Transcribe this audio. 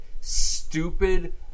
stupid